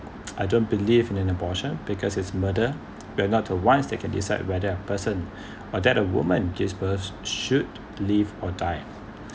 I don't believe in an abortion because it's murder be or not to wise they can decide whether a person or that a woman gives birth should live or die